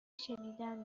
شنیدن